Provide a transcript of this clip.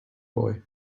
boy